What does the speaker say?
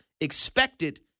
expected